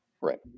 Right